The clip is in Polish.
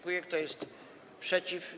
Kto jest przeciw?